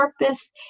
purpose